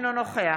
אינו נוכח